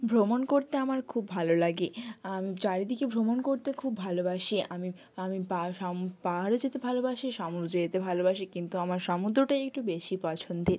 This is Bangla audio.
ভ্রমণ করতে আমার খুব ভালো লাগে আম চারিদিকে ভ্রমণ করতে খুব ভালোবাসি আমি আমি পা সম পাহাড়ও যেতে ভালোবাসি সমুদ্রে যেতে ভালোবাসি কিন্তু আমার সমুদ্রটাই একটু বেশি পছন্দের